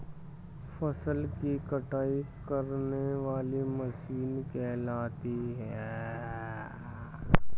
फसल की कटाई करने वाली मशीन कहलाती है?